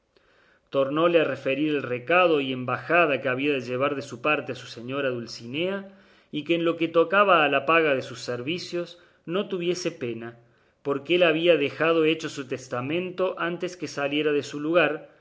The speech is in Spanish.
tornóle a referir el recado y embajada que había de llevar de su parte a su señora dulcinea y que en lo que tocaba a la paga de sus servicios no tuviese pena porque él había dejado hecho su testamento antes que saliera de su lugar